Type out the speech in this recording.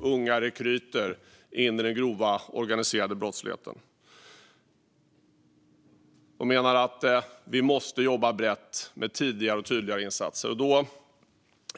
unga rekryter per år i den grova organiserade brottsligheten. Man menar att det måste jobbas brett med tidiga och tydliga insatser.